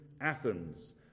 Athens